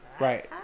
Right